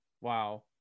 Wow